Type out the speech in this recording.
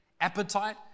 appetite